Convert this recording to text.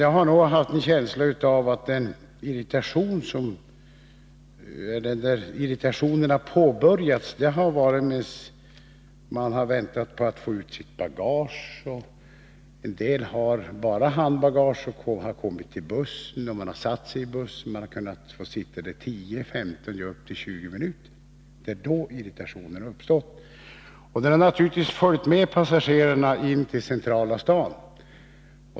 Jag har nog snarare haft en känsla av att irritationen har kommit när man har väntat på att få ut sitt bagage. En del har bara handbagage och har kommit till bussen. Man har satt sig i bussen och man har kunnat få sitta där upp till 20 minuter. Det är då irritationen har uppstått. Denna irritation har naturligtvis följt med passagerarna in till centrala staden.